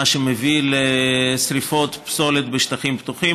מה שמביא לשרפות פסולת בשטחים פתוחים.